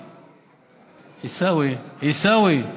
קדימה, עיסאווי, עיסאווי,